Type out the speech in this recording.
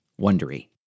Wondery